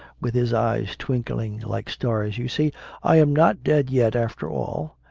with his eyes twinkling like stars, you see i m not dead yet, after all,